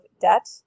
debt